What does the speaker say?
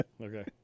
Okay